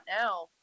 now